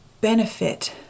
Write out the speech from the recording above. benefit